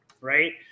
right